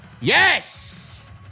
Yes